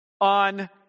on